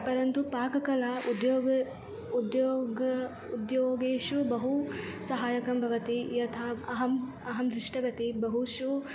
परन्तु पाककला उद्योगम् उद्योगम् उद्योगेषु बहु सहाय्यकं भवति यथा अहम् अहं दृष्टवती बहुषु